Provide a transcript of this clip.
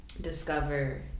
discover